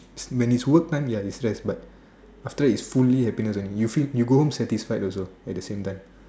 when it's work time ya you stress but after that is fully happiness only you go home satisfied also at the same time